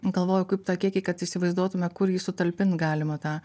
nu galvoju kaip tą kiekį kad įsivaizduotume kur jį sutalpint galima tą